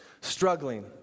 Struggling